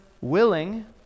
willing